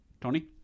Tony